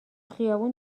خیابون